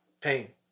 Pain